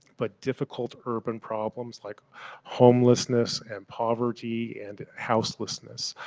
but difficult urban problems like homelessness and poverty and houselessness.